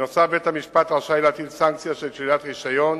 ונוסף על כך בית-המשפט רשאי להטיל סנקציה של שלילת רשיון